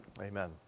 Amen